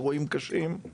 אירועים קשים.